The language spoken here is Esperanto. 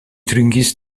trinkis